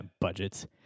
budgets